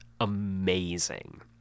amazing